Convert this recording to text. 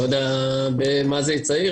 לא יודע מה זה צעיר,